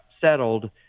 settled